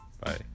Bye